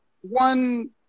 one